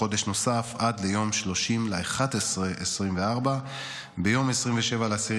בחודש נוסף עד ליום 30 בנובמבר 2024. ביום 27 באוקטובר